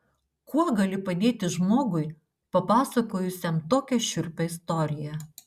kuo gali padėti žmogui papasakojusiam tokią šiurpią istoriją